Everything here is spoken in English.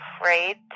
afraid